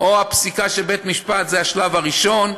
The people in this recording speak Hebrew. או הפסיקה של בית המשפט זה השלב הראשון,